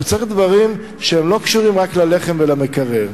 הוא צריך דברים שהם לא קשורים רק ללחם ולמקרר.